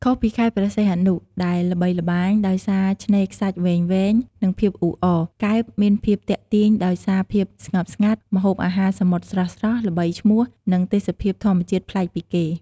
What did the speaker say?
ខុសពីខេត្តព្រះសីហនុដែលល្បីល្បាញដោយសារឆ្នេរខ្សាច់វែងៗ និងភាពអ៊ូអរ កែបមានភាពទាក់ទាញដោយសារភាពស្ងប់ស្ងាត់ ម្ហូបអាហារសមុទ្រស្រស់ៗល្បីឈ្មោះ និងទេសភាពធម្មជាតិប្លែកពីគេ។